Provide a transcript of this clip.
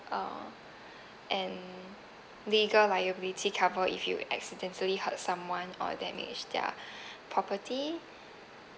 um and legal liability cover if you accidentally hurt someone or damage their property